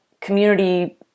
community